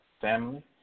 family